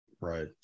Right